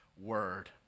word